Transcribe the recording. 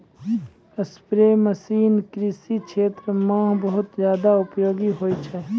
spray machine कृषि क्षेत्र म बहुत जादा उपयोगी होय छै